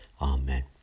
Amen